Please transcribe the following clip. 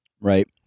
Right